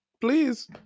please